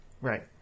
right